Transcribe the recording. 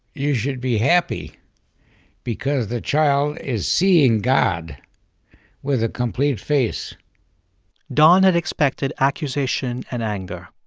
you should be happy because the child is seeing god with a complete face don had expected accusation and anger.